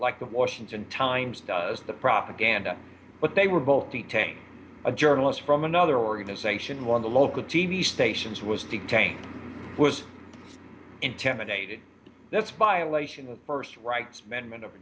like the washington times does the propaganda but they were both detained a journalist from another organization one of the local t v stations was detained was intimidated that's violation of the first rights amendment o